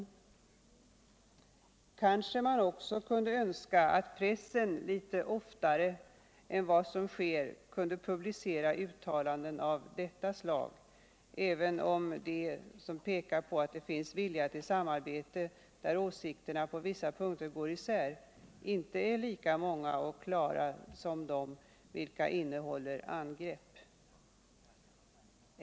Kanske man också kunde önska att pressen litet oftare än vad som sker publicerade uttalanden av detta slag även om de som pekar på att det finns vilja till samarbete, där åsikterna på vissa punkter går isär, inte är lika många och klara som de vilka innehåller angrepp.